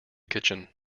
kitchen